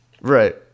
Right